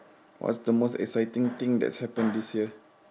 what's the most exciting thing that has happened this year